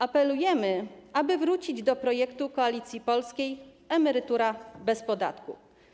Apelujemy, aby wrócić do projektu Koalicji Polskiej „Emerytura bez podatku”